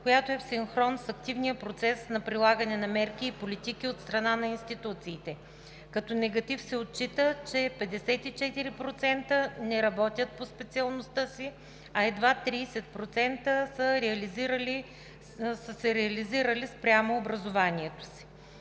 която е в синхрон с активния процес на прилагане на мерки и политики от страна на институциите. Като негатив се отчита, че 54% не работят по специалността си, а едва 30% са се реализирали спрямо образованието си.